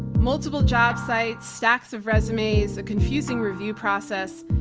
multiple job sites, stacks of resume, a confusing review process.